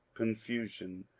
confusion,